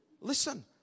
Listen